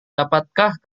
dapatkah